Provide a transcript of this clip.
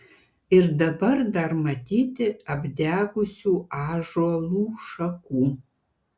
ir dabar dar matyti apdegusių ąžuolų šakų